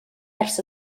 ers